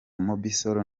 mobisol